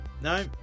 No